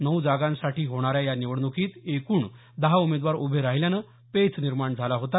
नऊ जागांसाठी होणाऱ्या या निवडणुकीत एकूण दहा उमेदवार उभे राहिल्यानं पेच निर्माण झाला होता